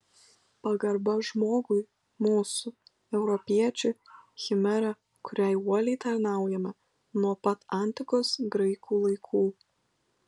pagarba žmogui mūsų europiečių chimera kuriai uoliai tarnaujame nuo pat antikos graikų laikų